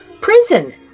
Prison